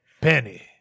Penny